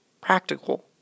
practical